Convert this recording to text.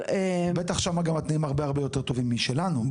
בטח שם גם התנאים הרבה יותר טובים משלנו.